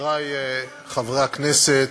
חברי חברי הכנסת,